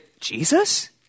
Jesus